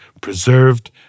preserved